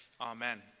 Amen